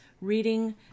reading